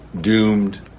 doomed